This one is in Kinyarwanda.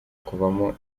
kuvamo